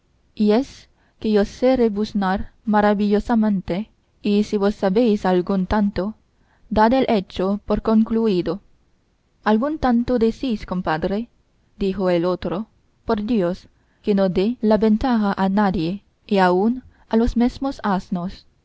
y es que yo sé rebuznar maravillosamente y si vos sabéis algún tanto dad el hecho por concluido algún tanto decís compadre dijo el otropor dios que no dé la ventaja a nadie ni aun a los mesmos